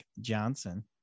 Johnson